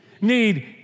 Need